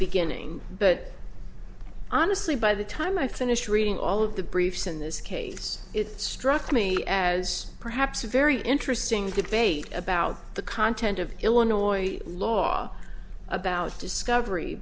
beginning but honestly by the time i finished reading all of the briefs in this case it struck me as perhaps a very interesting debate about the content of illinois law about discovery